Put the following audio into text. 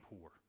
poor